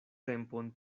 tempon